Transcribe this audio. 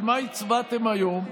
על מה הצבעתם היום?